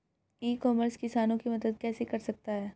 ई commerce किसानों की मदद कैसे कर सकता है?